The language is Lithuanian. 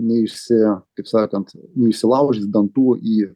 neišsi kaip sakant neišsilaužys dantų į